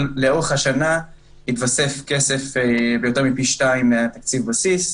אבל לאורך השנה התווסף כסף ליותר מפי שניים מתקציב הבסיס.